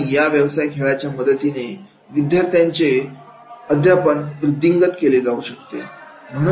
म्हणून या व्यवसाय खेळाच्या मदतीने विद्यार्थ्यांचे अध्यापन वृद्धिंगत केले जाऊ शकते